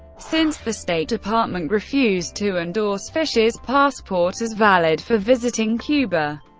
since the state department refused to endorse fischer's passport as valid for visiting cuba,